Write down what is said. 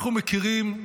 אנחנו מכירים.